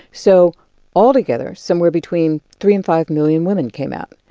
so altogether, somewhere between three and five million women came out.